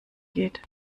geht